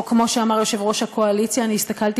או כמו שאמר יושב-ראש הקואליציה: אני הסתכלתי